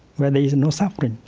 where there is and no suffering,